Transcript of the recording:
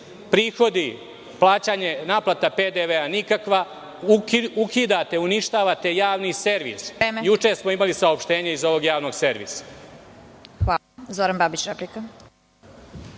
Prihodi, naplata PDV nikakva, ukidate, uništavate javni servis. Juče smo imali saopštenje iz ovog javnog servisa. **Vesna Kovač** Hvala. Zoran Babić, replika.